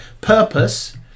purpose